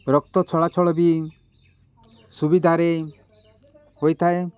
ରକ୍ତ ଚଳାଚଳ ବି ସୁବିଧାରେ ହୋଇଥାଏ